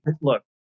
look